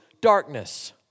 darkness